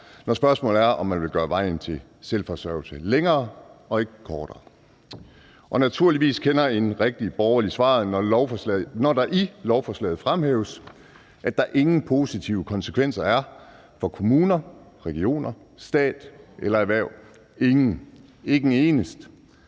når spørgsmålet er, om man vil gøre vejen til selvforsørgelse længere og ikke kortere, og naturligvis kender en rigtig borgerlig svaret, når det i lovforslaget fremhæves, at der ingen positive konsekvenser er for kommuner, regioner, stat eller erhverv – ingen, ikke en eneste